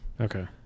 Okay